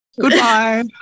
Goodbye